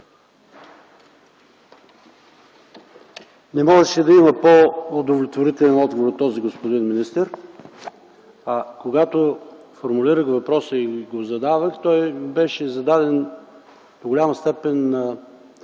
Не можеше да има по-удовлетворителен отговор от този, господин министър. Когато формулирах въпроса и Ви го зададох, той беше зададен до голяма степен от